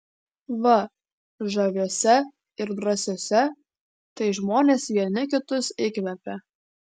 va žaviuose ir drąsiuose tai žmonės vieni kitus įkvepia